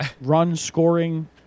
run-scoring